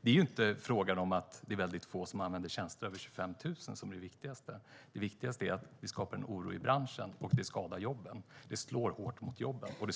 Det allvarligaste är inte att det är ganska få som använder tjänster för över 25 000, utan det allvarligaste är att vi skapar en oro i branschen, och det skadar jobben. Det slår hårt mot jobben och